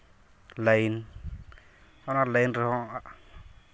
line ᱚᱱᱟ line ᱨᱮᱦᱚᱸ